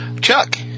Chuck